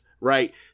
right